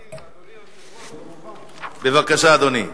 בבקשה, אדוני.